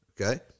okay